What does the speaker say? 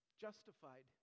justified